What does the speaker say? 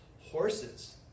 horses